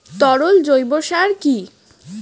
তরল জৈব সার কি?